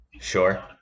Sure